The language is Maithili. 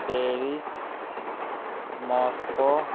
Paris Moscow